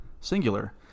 singular